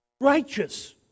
righteous